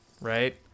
right